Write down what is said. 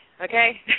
okay